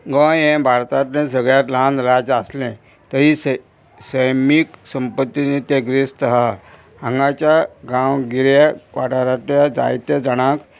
गोंय हे भारतांतले सगळ्यांत ल्हान राज आसले थंय सै सैमीक संपत्तीनी ते गिरेस्त आहा हांगाच्या गांवगिऱ्या वाठारांतल्या जायत्या जाणांक